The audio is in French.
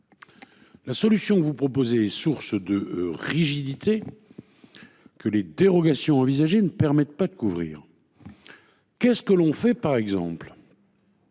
La solution que vous proposez, source de rigidités. Que les dérogations envisagées ne permettent pas de couvrir. Qu'est ce que l'on fait par exemple.